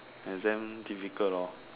exam difficult lor